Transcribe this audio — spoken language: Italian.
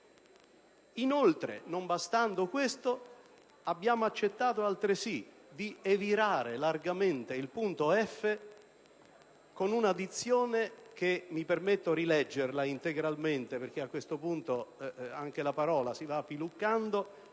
Inoltre, non bastando, abbiamo accettato altresì di rimaneggiare largamente il punto *f)*, con una dizione che mi permetto di rileggere integralmente - perché a questo punto anche la parola si va piluccando